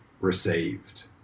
received